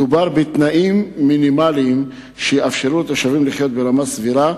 מדובר בתנאים מינימליים שיאפשרו לתושבים לחיות ברמה סבירה,